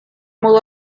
mudó